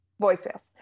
voicemails